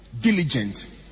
diligent